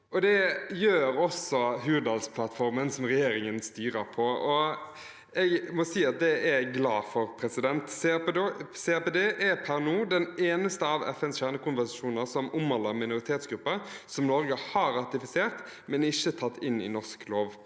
Det gjør også Hurdalsplattformen, som regjeringen styrer etter. Jeg må si at det er jeg glad for. CRPD er per nå den eneste av FNs kjernekonvensjoner som omhandler minoritetsgrupper, som Norge har ratifisert, men ikke tatt inn i norsk lov